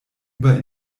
über